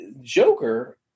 joker